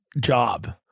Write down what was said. job